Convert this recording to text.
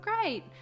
great